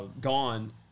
gone